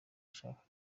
yashakaga